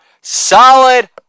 Solid